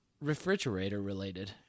refrigerator-related